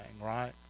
right